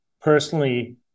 personally